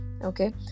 okay